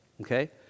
Okay